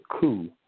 coup